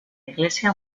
iglesia